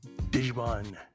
Digimon